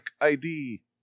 ID